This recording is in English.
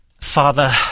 Father